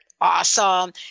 Awesome